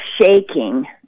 shaking